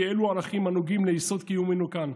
כי אלו ערכים הנוגעים ליסוד קיומנו כאן.